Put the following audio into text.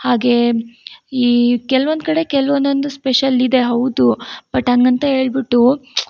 ಹಾಗೇ ಈ ಕೆಲ್ವೊಂದು ಕಡೆ ಕೆಲ್ವು ಒಂದೊಂದು ಸ್ಪೆಷಲ್ ಇದೆ ಹೌದು ಬಟ್ ಹಾಗಂತ ಹೇಳ್ಬಿಟ್ಟು